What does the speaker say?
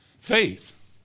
Faith